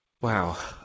wow